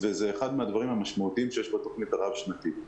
וזה אחד מהדברים המשמעותיים שיש בתוכנית הרב-שנתית.